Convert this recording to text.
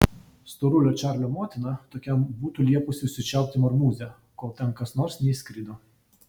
storulio čarlio motina tokiam būtų liepusi užčiaupti marmūzę kol ten kas nors neįskrido